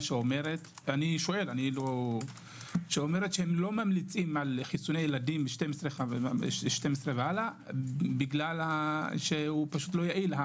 שאומרת שלא ממליצים על חיסוני ילדים 12 ומעלה כי הוא לא יעיל?